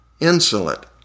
insolent